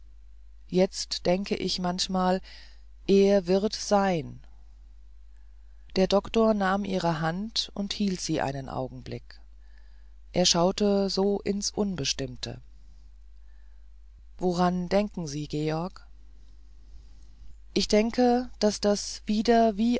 jetzt denke ich manchmal er wird sein der doktor nahm ihre hand und behielt sie einen augenblick er schaute so ins unbestimmte woran denken sie georg ich denke daß das wieder wie